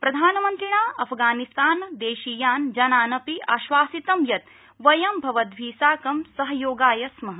प्रधानमन्त्रिणा अफगानिस्तानदेशीयान् जनानपि आश्वसितं यत् वयं भवभ्दि साकं सहयोगाय स्मः